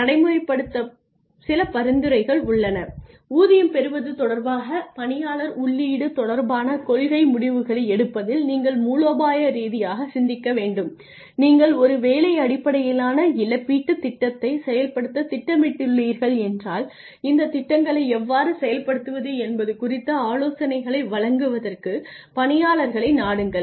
நடைமுறைப்படுத்த சில பரிந்துரைகள் உள்ளன ஊதியம் பெறுவது தொடர்பாக பணியாளர் உள்ளீடு தொடர்பான கொள்கை முடிவுகளை எடுப்பதில் நீங்கள் மூலோபாய ரீதியாகச் சிந்திக்க வேண்டும் நீங்கள் ஒரு வேலை அடிப்படையிலான இழப்பீட்டுத் திட்டத்தைச் செயல்படுத்த திட்டமிட்டுள்ளீர்கள் என்றால் இந்த திட்டங்களை எவ்வாறு செயல்படுத்துவது என்பது குறித்த ஆலோசனைகளை வழங்குவதற்கு பணியாளர்களை நாடுங்கள்